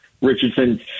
Richardson